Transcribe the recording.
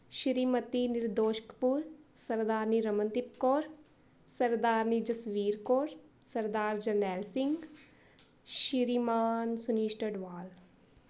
Shrimati Nirdosh Kapoor Sardarni Ramandeep Kaur Sardarni Jasvir Kaur Sardar Jarnail Singh Shriman Sunish Tadwal